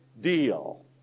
deal